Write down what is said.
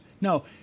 No